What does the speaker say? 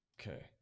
okay